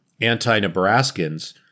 anti-Nebraskans